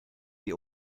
die